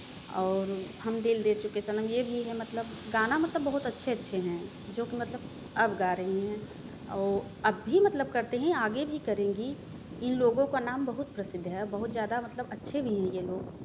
और हम दिल दे चुके सनम यह भी है मतलब गाना मतलब गाना मतलब बहुत अच्छे अच्छे हैं जो कि मतलब अब गा रही हैं औ अब भी मतलब करते हैं आगे भी करेंगी इन लोगो का नाम बहुत प्रसिद्ध है और बहुत ज़्यादा मतलब अच्छे भी हैं यह लोग